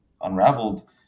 unraveled